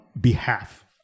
behalf